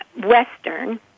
Western